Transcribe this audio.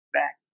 back